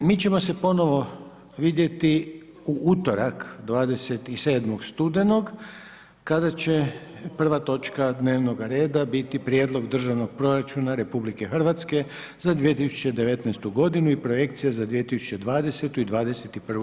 Mi ćemo se ponovo vidjeti u utorak 27. studenog kada će prva točka dnevnoga reda biti Prijedlog Državnog proračuna RH za 2019. godinu i projekcija za 2020. i 2021.